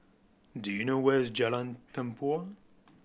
do you know where is Jalan Tempua